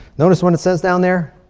notice what it says down there?